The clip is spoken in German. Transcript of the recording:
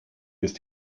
ist